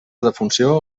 defunció